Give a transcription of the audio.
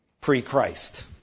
pre-Christ